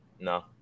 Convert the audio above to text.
No